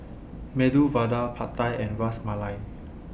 Medu Vada Pad Thai and Ras Malai